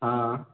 हँ